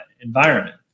environment